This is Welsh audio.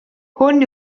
hwn